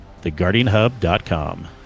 theguardianhub.com